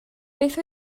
beth